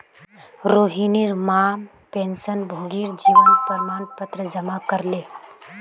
रोहिणीर मां पेंशनभोगीर जीवन प्रमाण पत्र जमा करले